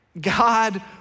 God